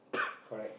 correct